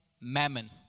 mammon